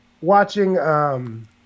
watching